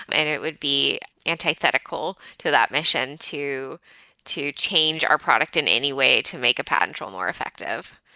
and it would be antithetical to that mission to to change our product in any way to make a patent troll more effective.